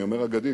אני אומר אגדי,